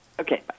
Okay